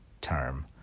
term